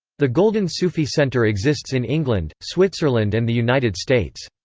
the golden sufi center exists in england, switzerland and the united states.